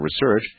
research